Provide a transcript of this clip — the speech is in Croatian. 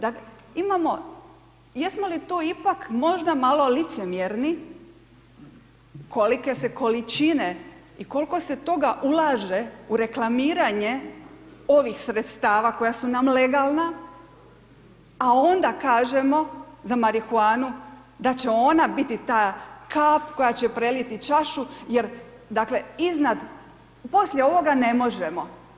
Dakle imamo, jesmo li tu ipak možda malo licemjerni koliko se količine i koliko se toga ulaže u reklamiranje ovih sredstava koja su nam legalna, a onda kažemo za marihuanu da će ona biti ta kap koje će preliti čašu jer dakle iznad, poslije ovoga ne možemo.